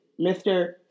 Mr